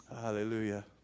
Hallelujah